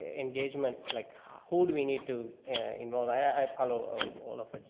engagement, like who do we need to involve? i follow all of what, ah,